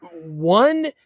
one